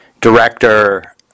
director